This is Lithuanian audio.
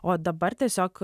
o dabar tiesiog